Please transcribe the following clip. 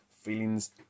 feelings